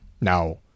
Now